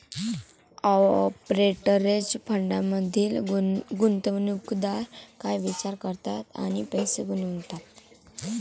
Arbitrage फंडांमधील गुंतवणूकदार काय विचार करतात आणि पैसे गुंतवतात?